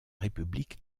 république